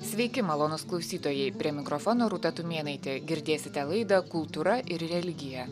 sveiki malonūs klausytojai prie mikrofono rūta tumėnaitė girdėsite laida kultūra ir religija